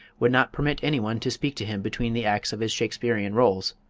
would not permit anyone to speak to him between the acts of his shakesperean roles,